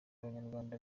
abanyarwanda